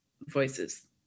voices